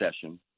session